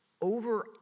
Over